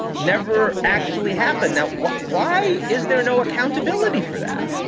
never actually happen now. why is there no accountability for that?